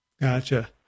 Gotcha